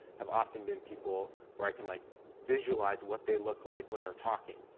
have often been people where i can like visualize what they look like when they're talking,